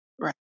Right